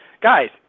Guys